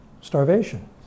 starvation